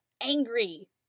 angry